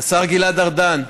השר גלעד ארדן,